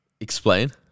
Explain